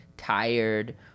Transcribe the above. tired